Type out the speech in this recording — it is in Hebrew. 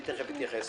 אני תכף אתייחס.